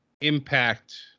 impact